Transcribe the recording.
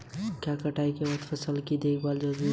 क्या कटाई के बाद फसल की देखभाल जरूरी है?